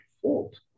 fault